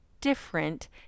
different